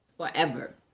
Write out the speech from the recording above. forever